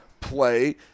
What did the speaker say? play